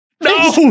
No